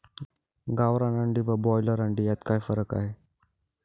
गावरान अंडी व ब्रॉयलर अंडी यात काय फरक आहे?